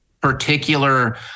particular